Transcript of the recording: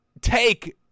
take